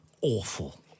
Awful